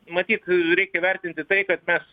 matyt reikia vertinti tai kad mes